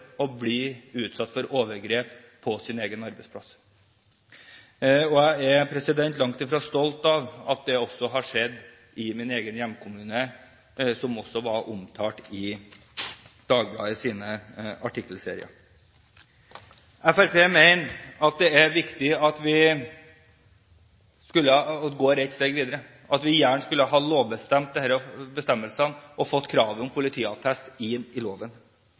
å bli utsatt for overgrep på sin egen arbeidsplass. Jeg er langt fra stolt av at det også har skjedd i min egen hjemkommune, som også var omtalt i Dagbladets artikkelserie. Fremskrittspartiet mener at det er viktig at vi går et steg videre, og ville gjerne lovbestemt dette, altså fått krav om politiattest inn i loven.